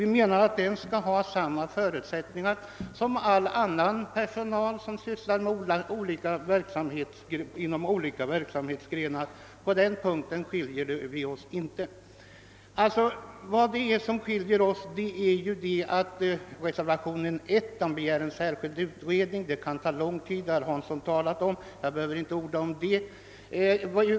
Vi menar att den bör ha samma förutsättningar att skaffa sig utbildning som all annan personal inom andra verksamhetsgrenar. På den punkten skiljer sig inte våra åsikter. På vilka punkter skiljer sig då våra åsikter? I reservationen 1 begärs en särskild utredning. Herr Hansson har redan sagt att den kan ta lång tid, så jag behöver inte orda om den saken.